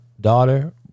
daughter